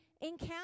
encounter